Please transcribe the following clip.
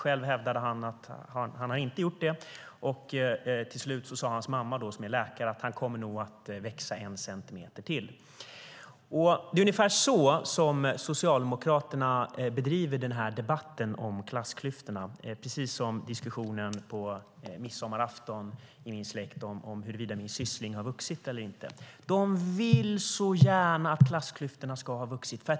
Själv hävdade han att han inte hade vuxit. Till slut sade hans mamma som är läkare att han nog kommer att växa en centimeter till. Det är ungefär så som Socialdemokraterna bedriver denna debatt om klassklyftorna, precis som diskussionen på midsommarafton i min släkt om huruvida min syssling har vuxit eller inte. Socialdemokraterna vill så gärna att klassklyftorna ska ha vuxit.